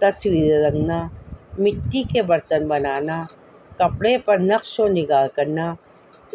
تصویریں رنگنا مٹی کے برتن بنانا کپڑے پر نقش و نگار کرنا